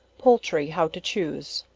poultry how to choose.